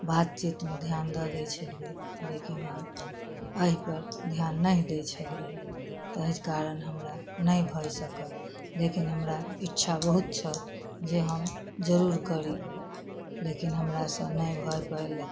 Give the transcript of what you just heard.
बातचीतमे ध्यान दऽ दै छलियै लेकिन हम एहि पर ध्यान नहि दै छलियै ताहि कारण हमरा नहि भऽ सकल लेकिन हमरा इच्छा बहुत छल जे हम जरूर करी लेकिन हमरा सँ नहि भऽ पेलक